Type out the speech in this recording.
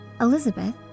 Elizabeth